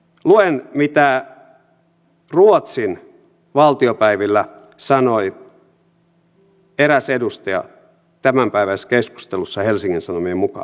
luen mitä ruotsin valtiopäivillä sanoi eräs edustaja tämänpäiväisessä keskustelussa helsingin sanomien mukaan